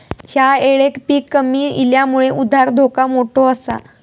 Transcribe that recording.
ह्या येळेक पीक कमी इल्यामुळे उधार धोका मोठो आसा